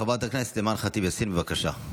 חברת הכנסת אימאן ח'טיב יאסין, בבקשה.